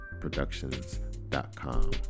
productions.com